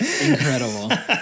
incredible